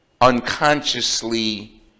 unconsciously